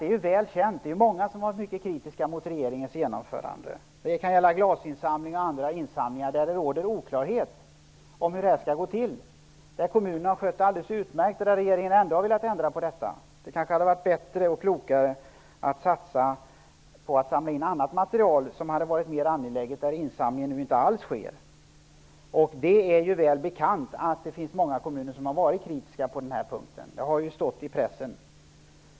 Det är väl känt att många har varit kritiska till regeringens genomförande av exempelvis glasinsamlingar etc., där det råder oklarhet om hur insamlingarna skall gå till. Kommunerna har skött sin uppgift på ett alldeles utmärkt sätt, men ändå har regeringen velat införa förändringar. Det kanske hade varit bättre och klokare att satsa på insamling av andra material där insamling inte alls sker. Det är ju väl bekant att många kommuner har varit kritiska, vilket man har kunnat läsa i pressen.